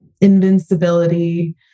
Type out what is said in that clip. invincibility